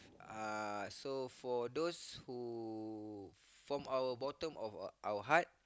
uh so for those who form our bottom of our our heart